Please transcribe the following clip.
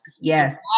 Yes